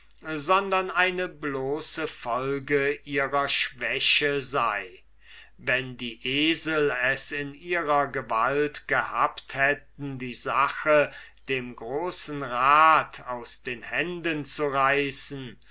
sondern bloße gezwungne folge ihrer schwäche sei wenn die esel es in ihrer gewalt gehabt hätten die sache dem großen rat aus den händen zu reißen